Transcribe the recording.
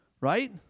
right